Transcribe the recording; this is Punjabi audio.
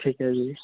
ਠੀਕ ਐ ਜੀ